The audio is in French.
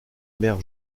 mer